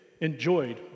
enjoyed